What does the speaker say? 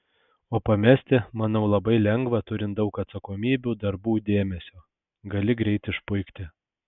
o pamesti manau labai lengva turint daug atsakomybių darbų dėmesio gali greit išpuikti